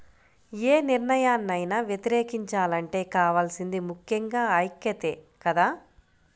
యే నిర్ణయాన్నైనా వ్యతిరేకించాలంటే కావాల్సింది ముక్కెంగా ఐక్యతే కదా